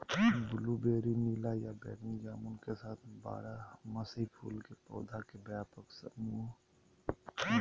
blueberry नीला या बैगनी जामुन के साथ बारहमासी फूल के पौधा के व्यापक समूह हई